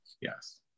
Yes